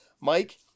Mike